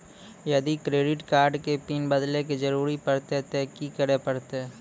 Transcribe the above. यदि credit card के PIN बदले के जरूरी परतै ते की करे परतै?